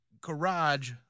garage